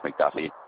McDuffie